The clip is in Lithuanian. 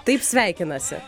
taip sveikinasi